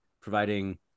providing